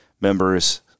members